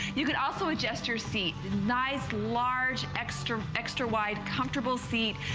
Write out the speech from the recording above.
you can also adjust your seat, nice large, extra extra wide comfortable seat.